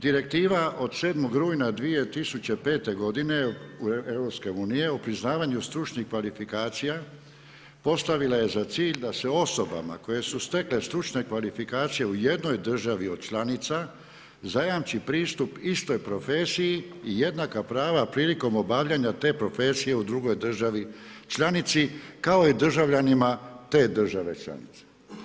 Direktiva od 7. rujna 2005. godine EU-a o priznavanju stručnih kvalifikacija, postavila je za cilj da se osobama koje su stekle stručne kvalifikacije u jednoj državi od članica, zajamči pristup istoj profesiji i jednaka prava prilikom obavljanja te profesije u drugoj državi članici kao i državljanima te države članice.